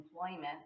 employment